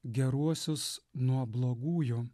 geruosius nuo blogųjų